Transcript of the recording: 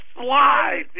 slides